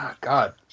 God